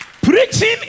Preaching